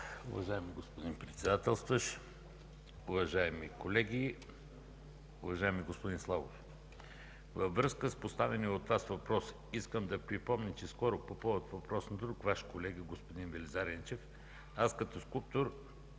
Уважаеми господин Председателстващ, уважаеми колеги! Уважаеми господин Славов, във връзка с поставения от Вас въпрос искам да припомня, че скоро по повод въпрос на друг Ваш колега – господин Велизар Енчев, като скулптор